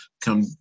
Come